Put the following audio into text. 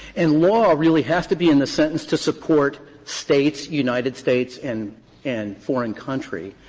and law really has to be in the sentence to support states, united states, and and foreign country.